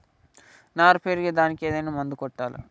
నారు పెరిగే దానికి ఏదైనా మందు కొట్టాలా?